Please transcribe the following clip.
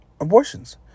Abortions